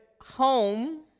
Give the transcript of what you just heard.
home